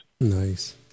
Nice